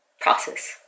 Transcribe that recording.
process